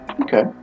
Okay